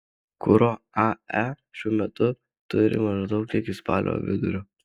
kuro ae šiuo metu turi maždaug iki spalio vidurio